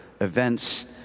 events